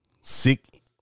Sick